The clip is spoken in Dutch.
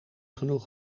genoeg